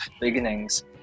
beginnings